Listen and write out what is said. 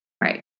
right